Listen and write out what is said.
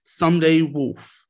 somedaywolf